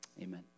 amen